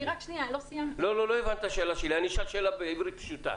אני אשאל שאלה בעברית פשוטה: